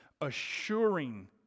assuring